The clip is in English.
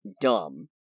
dumb